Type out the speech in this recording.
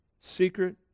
secret